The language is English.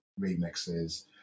remixes